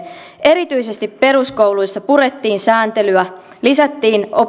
erityisesti peruskouluissa purettiin sääntelyä lisättiin